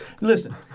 Listen